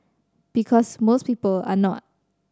because most people are not